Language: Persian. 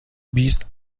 بیست